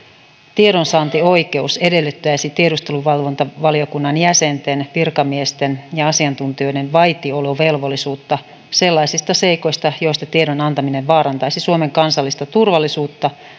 tiedonsaantioikeus edellyttäisi tiedusteluvalvontavaliokunnan jäsenten virkamiesten ja asiantuntijoiden vaitiolovelvollisuutta sellaisista seikoista joista tiedon antaminen vaarantaisi suomen kansallista turvallisuutta